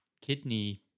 kidney